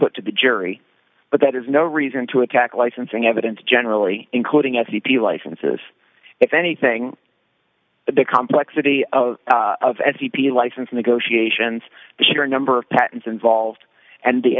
put to the jury but that is no reason to attack licensing evidence generally including f t p licenses if anything but the complexity of s e p license negotiations sure number patents involved and the